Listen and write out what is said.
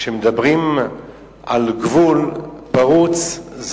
כשמדברים על גבול פרוץ,